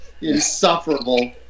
Insufferable